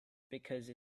because